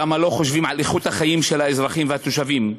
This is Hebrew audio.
למה לא חושבים על איכות החיים של האזרחים והתושבים.